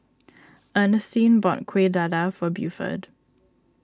Ernestine bought Kueh Dadar for Buford